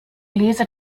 leser